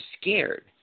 scared